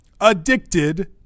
addicted